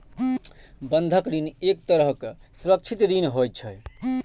बंधक ऋण एक तरहक सुरक्षित ऋण होइ छै